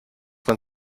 man